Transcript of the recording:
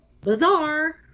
bizarre